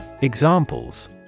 Examples